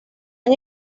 han